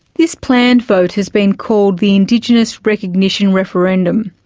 this planned vote has been called the indigenous recognition referendum,